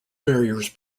barriers